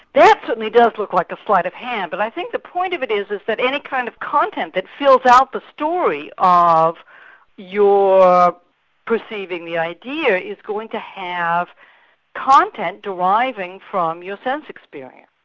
that certainly does look like a sleight of hand, but i think the point of it is, is there any kind of content that fills out the story ah of your perceiving the idea is going to have content deriving from your sense experience.